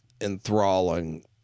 enthralling